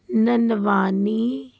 ਨਨਵਾਨੀ